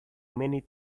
many